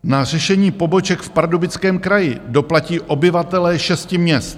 Na řešení poboček v Pardubickém kraji doplatí obyvatelé šesti měst.